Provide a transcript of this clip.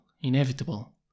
inevitable